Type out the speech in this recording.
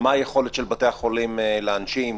מה היכולת של בתי החולים להנשים?